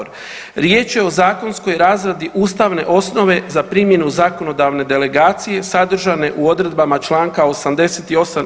Riječ je o zakonskoj razradi ustavne osnove za primjenu zakonodavne delegacije sadržane u odredbama čl. 88.